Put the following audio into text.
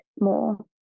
more